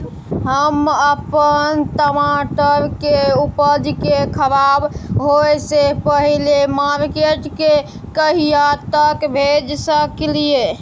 हम अपन टमाटर के उपज के खराब होय से पहिले मार्केट में कहिया तक भेज सकलिए?